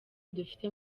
dufite